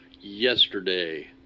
yesterday